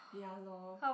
ya lor